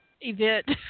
event